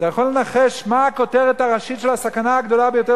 אתה יכול לנחש מה הכותרת הראשית של הסכנה הגדולה ביותר